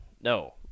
no